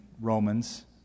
Romans